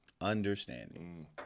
understanding